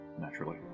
Naturally